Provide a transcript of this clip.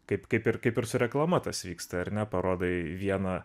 kaip kaip ir kaip ir su reklama tas vyksta ar ne parodai vieną